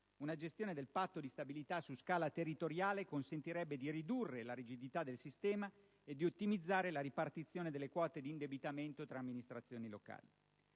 Una gestione del Patto di stabilità su scala territoriale consentirebbe di ridurre la rigidità del sistema e di ottimizzare la ripartizione delle quote di indebitamento tra amministrazioni locali.